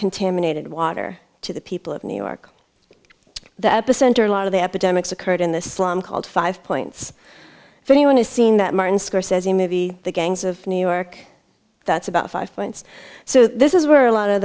contaminated water to the people of new york the epicenter a lot of the epidemics occurred in the slum called five points if anyone has seen that martin scorsese movie gangs of new york that's about five points so this is where a lot of